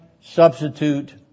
substitute